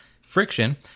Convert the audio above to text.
friction